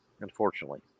unfortunately